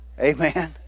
Amen